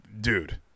dude